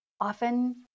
often